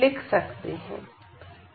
लिख सकते हैं